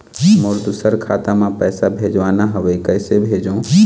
मोर दुसर खाता मा पैसा भेजवाना हवे, कइसे भेजों?